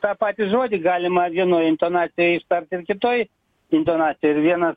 tą patį žodį galima vienoj intonacijoj ištart ir kitoj intonacijoj ir vienas